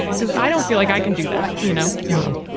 because i don't feel like i can do that, you know? wow.